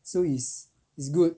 so it's it's good